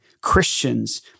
Christians